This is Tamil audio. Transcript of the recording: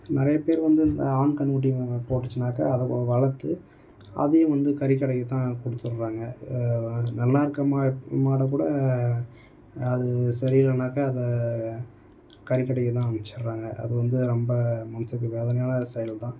நிறைய பேர் வந்து இந்த ஆண் கன்னுக்குட்டி போட்டுச்சுன்னாக்கா அதை வ வளர்த்து அதையும் வந்து கறிக்கடைக்கு தான் கொடுத்துர்றாங்க நல்லா இருக்க மா மாட கூட அது சரி இல்லைன்னாக்கா அதை கறிக்கடைக்கு தான் அனுப்பிச்சிறாங்க அது வந்து ரொம்ப மனசுக்கு வேதனையான செயல் தான்